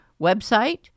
website